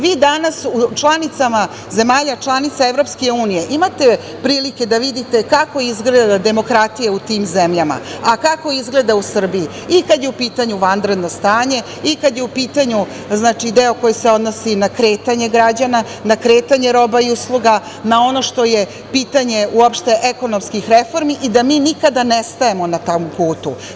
Vi danas članicama, zemalja članicama EU imate prilike da vidite kako izgleda demokratija u tim zemljama, a kako izgleda u Srbiji i kada je u pitanju vanredno stanje, i kada je u pitanju deo koji se odnosi na kretanje građana, na kretanje roba i usluga, na ono što je pitanje uopšte ekonomskih reformi i da mi nikada ne stajemo na tom putu.